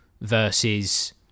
versus